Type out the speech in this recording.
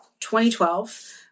2012